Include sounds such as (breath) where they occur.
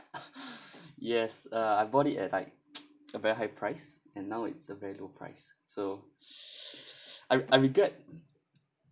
(coughs) yes uh I bought it at like (noise) a very high price and now it's a very low price so (breath) I I regret